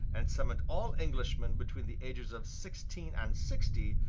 and summoned all englishmen between the ages of sixteen and sixty,